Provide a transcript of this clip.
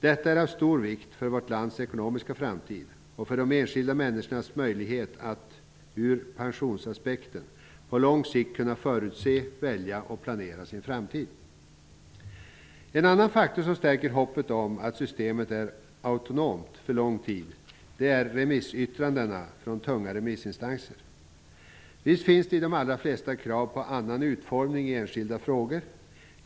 Detta är av stor vikt för vårt lands ekonomiska framtid och för de enskilda människornas möjlighet att beträffande pensionen på lång sikt kunna förutse, välja och planera sin framtid. En annan faktor som stärker hoppet om att systemet är autonomt för lång tid är remissyttrandena från tunga remissinstanser. Visst finns det i de allra flesta krav på en annan utformning i enskilda frågor.